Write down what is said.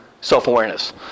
self-awareness